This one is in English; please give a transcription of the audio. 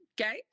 Okay